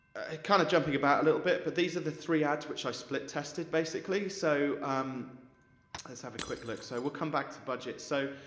kind of jumping about a little bit, but these are the three ads which i split tested, basically, so, um let's have a quick look. so, we'll come back to budget, so,